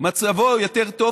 מצבו יותר טוב,